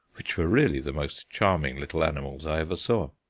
which were really the most charming little animals i ever saw.